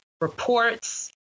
reports